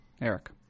Eric